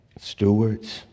stewards